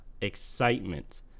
excitement